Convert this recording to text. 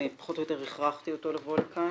אני פחות או יותר הכרחתי אותו לבוא לכאן.